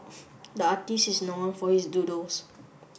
the artist is known for his doodles